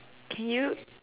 can you